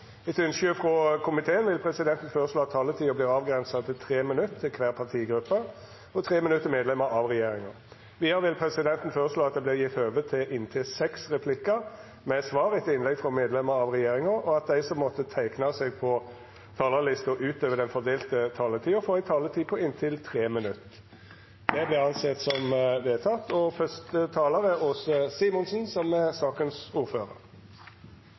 Etter ynske frå energi- og miljøkomiteen vil presidenten føreslå at taletida vert avgrensa til 3 minutt til kvar partigruppe og 3 minutt til medlemer av regjeringa. Vidare vil presidenten føreslå at det vert gjeve høve til inntil seks replikkar med svar etter innlegg frå medlemer av regjeringa, og at dei som måtte teikna seg på talarlista utover den fordelte taletida, får ei taletid på inntil 3 minutt. – Det er vedteke. Vi vet at verdens havområder er truet av både søppel, overfiske og